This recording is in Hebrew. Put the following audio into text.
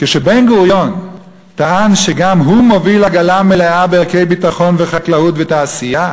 כשבן-גוריון טען שגם הוא מוביל עגלה מלאה בערכי ביטחון וחקלאות ותעשייה,